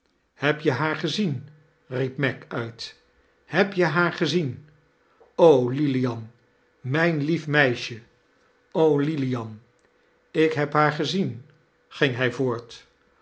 heb je haar gezien riep meg uit heb je haar gezien o lilian mijn lief meisje o lilian lilian ik heb haar gezien ging hij voort